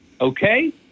Okay